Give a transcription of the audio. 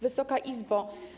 Wysoka Izbo!